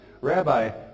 Rabbi